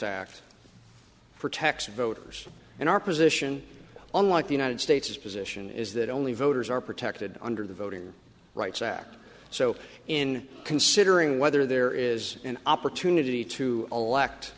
texas voters in our position unlike the united states his position is that only voters are protected under the voting rights act so in considering whether there is an opportunity to elect